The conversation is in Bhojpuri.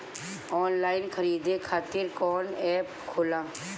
आनलाइन खरीदे खातीर कौन एप होला?